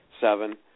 seven